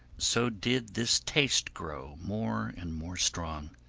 so did this taste grow more and more strong